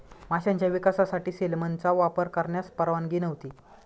माशांच्या विकासासाठी सेलमनचा वापर करण्यास परवानगी नव्हती